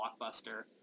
Blockbuster